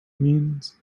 means